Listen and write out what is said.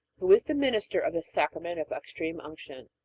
who is the minister of the sacrament of extreme unction?